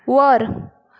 वर